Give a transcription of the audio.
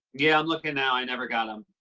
yeah, i'm looking now. i never got em.